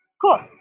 cool